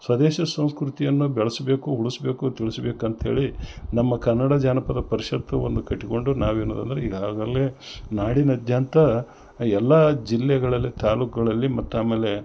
ಸ್ವದೇಶಿ ಸಂಸ್ಕೃತಿಯನ್ನ ಬೆಳಸಬೇಕು ಉಳಿಸಬೇಕು ತಿಳಿಸ್ಬೇಕಂತ ಹೇಳಿ ನಮ್ಮ ಕನ್ನಡ ಜಾನಪದ ಪರಿಷತ್ತು ಒಂದು ಕಟ್ಟಿಕೊಂಡು ನಾವಿನರ ಅಂದ್ರೆ ಈಗ ಆಗಲ್ಲೆ ನಾಡಿನಾದ್ಯಂತ ಎಲ್ಲ ಜಿಲ್ಲೆಗಳಲ್ಲಿ ತಾಲೂಕ್ಗಳಲ್ಲಿ ಮತ್ತು ಆಮೇಲೆ